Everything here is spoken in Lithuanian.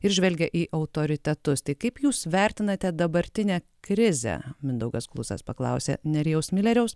ir žvelgia į autoritetus tai kaip jūs vertinate dabartinę krizę mindaugas klusas paklausė nerijaus mileriaus